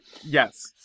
yes